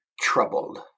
troubled